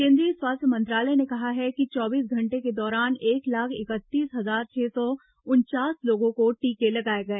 केन्द्रीय स्वास्थ्य मंत्रालय ने कहा है कि चौबीस घंटे के दौरान एक लाख इकतीस हजार छह सौ उनचास लोगों को टीके लगाए गए